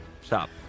Stop